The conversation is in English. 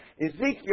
Ezekiel